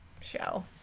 show